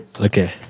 Okay